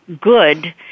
good